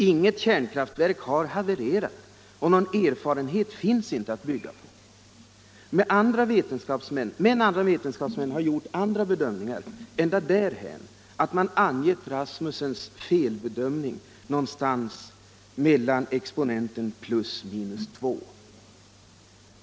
Inget kärnkraftverk har havererat, och någon erfarenhet finns inte att bygga på. Men andra vetenskapsmän har gjort andra bedömningar ända därhän, att man angivit Rasmussens felbedömning någonstnas mellan exponenterna plus minus två.